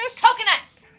Coconuts